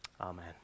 amen